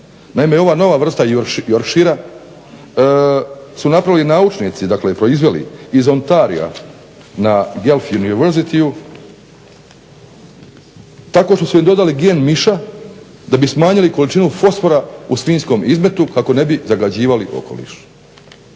Naime, ova nova vrsta …/Govornik se ne razumije./… su napravili naučnici, dakle proizveli, iz Ontaria na Guelph Universityu tako što su joj dodali gen miša da bi smanjili količinu fosfora u svinjskom izmetu kako ne bi zagađivali okoliš.